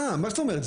מה זאת אומרת?